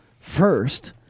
first